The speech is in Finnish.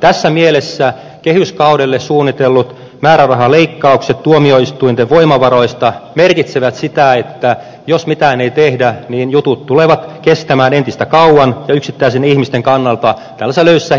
tässä mielessä kehyskaudelle suunnitellut määrärahaleikkaukset tuomioistuinten voimavaroista merkitsevät sitä että jos mitään ei tehdä niin jutut tulevat kestämään entistä kauemmin ja yksittäisten ihmisten kannalta tällaisessa